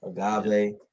agave